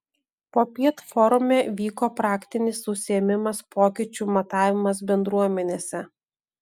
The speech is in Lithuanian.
popiet forume vyko praktinis užsiėmimas pokyčių matavimas bendruomenėse